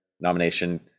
nomination